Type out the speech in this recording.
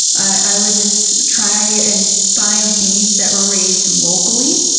i would just try and find bees that were raised locally,